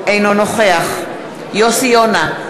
אינו נוכח יוסי יונה,